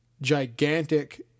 gigantic